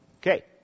Okay